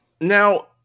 Now